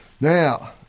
Now